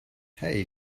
hey